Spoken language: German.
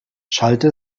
schallte